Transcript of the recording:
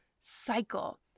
cycle